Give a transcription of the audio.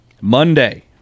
Monday